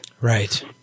Right